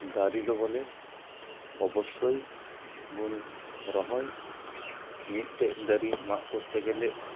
ᱫᱟᱨᱮ ᱫᱚ ᱵᱚᱞᱮ ᱚᱵᱚᱥᱚᱭ ᱵᱩᱱ ᱨᱚᱦᱚᱭ ᱢᱤᱫ ᱴᱮᱡ ᱫᱟᱨᱮ ᱢᱟᱜᱼᱟ ᱠᱚᱨᱛᱮ ᱜᱮᱞᱮ